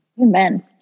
Amen